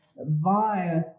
via